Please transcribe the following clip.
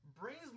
brings